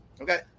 Okay